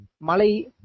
Malay